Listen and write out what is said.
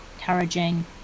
encouraging